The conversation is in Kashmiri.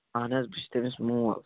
اَہَن حظ بہٕ چھُس تٔمِس مول